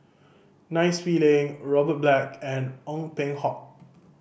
Nai Swee Leng Robert Black and Ong Peng Hock